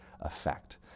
effect